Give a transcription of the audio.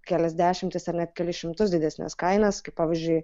kelias dešimtis ar net kelis šimtus didesnes kainas kaip pavyzdžiui